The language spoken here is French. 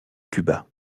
cuba